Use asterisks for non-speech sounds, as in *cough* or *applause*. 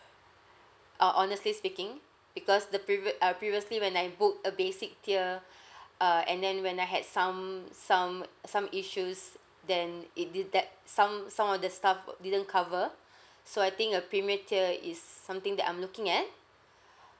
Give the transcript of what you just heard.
uh honestly speaking because the previous uh previously when I booked a basic tier *breath* uh and then when I had some some uh some issues then it did that some some of the stuff uh didn't cover *breath* so I think a premium tier is something that I'm looking at *breath*